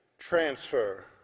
transfer